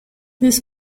this